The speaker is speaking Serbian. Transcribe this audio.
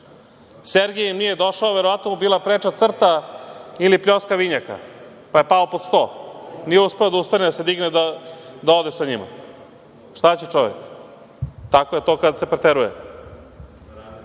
Sergej im nije došao, verovatno mu bila preča crta ili pljoska vinjaka, pa je pao pod sto. Nije uspeo da se digne, da ode sa njima. Šta će čovek, tako je to kada se preteruje. Građani